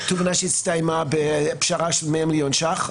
תובענה שהסתיימה בפשרה של 100 מיליון ש"ח,